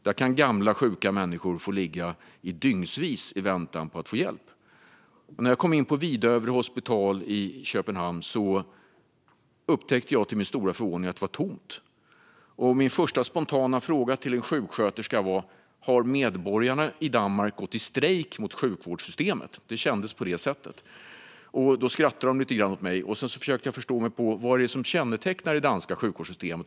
Där kan gamla, sjuka människor få bli liggande dygnsvis i väntan på att få hjälp. När jag kom in på Hvidovre Hospital i Köpenhamn upptäckte jag till min stora förvåning att det var tomt. Min första spontana fråga till en sjuksköterska var: Har medborgarna i Danmark gått i strejk mot sjukvårdssystemet? Det kändes på det sättet. Då skrattade de lite grann åt mig. Jag försökte förstå mig på vad det är som kännetecknar det danska sjukvårdssystemet.